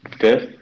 fifth